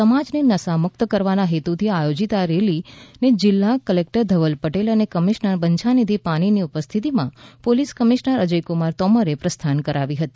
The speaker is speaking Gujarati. સમાજને નશામુક્ત કરવાના હેતુથી આયોજીત આ રેલીને જિલ્લા કલેક્ટર ધવલ પટેલ અને કમિશનર બંછાનીધી પાનીની ઉપસ્થિતિમાં પોલીસ કમિશનર અજયકુમાર તોમરે પ્રસ્થાન કરાવી હતી